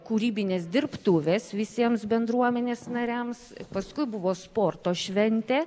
kūrybinės dirbtuvės visiems bendruomenės nariams paskui buvo sporto šventė